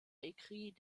écrit